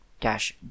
dash